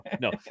no